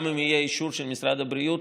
גם אם יהיה אישור של משרד הבריאות,